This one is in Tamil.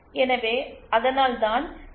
எனவே அதனால்தான் ஜி